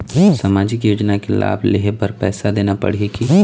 सामाजिक योजना के लाभ लेहे बर पैसा देना पड़ही की?